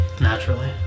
Naturally